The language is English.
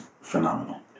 phenomenal